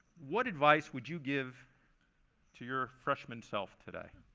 what advice would you give to your freshman self today?